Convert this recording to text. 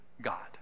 God